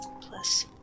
plus